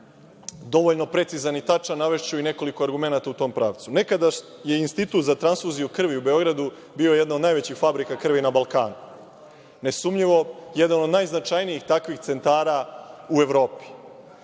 dovoljno precizan i tačan, navešću nekoliko argumenata u tom pravcu. Nekada je Institut za transfuziju krvi u Beogradu bio jedan od najvećih fabrika krvi na Balkanu. Nesumnjivo, jedan od najznačajnijih takvih centara u Evropi. Da